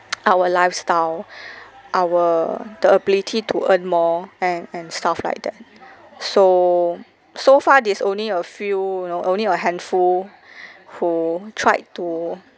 our lifestyle our the ability to earn more and and stuff like that so so far there's only a few you know only a handful who tried to